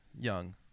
young